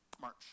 March